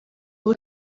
uba